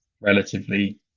relatively